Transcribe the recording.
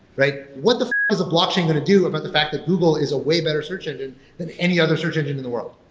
what the is a blockchain going to do about the fact that google is a way better search engine than any other search engine in the world?